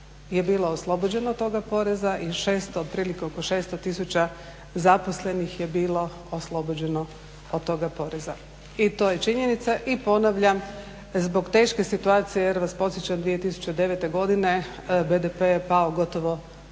je bilo oslobođeno toga poreza i 600, otprilike oko 600 tisuća zaposlenih je bilo oslobođeno od toga poreza. I to je činjenica. I ponavljam, zbog teške situacije, jer vas podsjećam 2009. godine BDP je pao gotovo